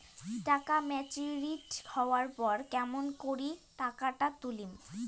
টাকা ম্যাচিওরড হবার পর কেমন করি টাকাটা তুলিম?